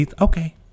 Okay